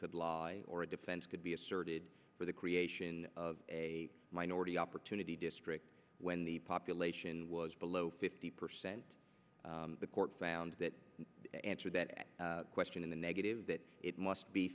could lie or a defense could be asserted for the creation of a minority opportunity districts when the population was below fifty percent the court found that answered that question in the negative and that it must be